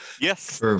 Yes